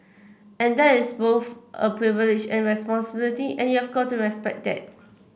and that is both a privilege and a responsibility and you've got to respect that